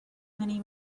many